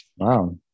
Wow